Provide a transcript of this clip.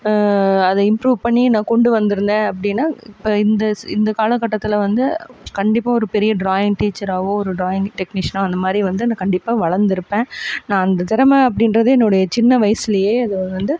அதை இம்ப்ரூவ் பண்ணி நான் கொண்டு வந்திருந்தேன் அப்படின்னா இப்போ இந்த இந்த காலகட்டத்தில் வந்து கண்டிப்பாக ஒரு பெரிய ட்ராயிங் டீச்சராகவோ ஒரு ட்ராயிங் டெக்னீசியனாக அந்தமாதிரி வந்து அந்த கண்டிப்பாக வளர்ந்துருப்பேன் நான் அந்த திறமை அப்படின்றது என்னுடைய சின்ன வயசுலேயே அது வந்து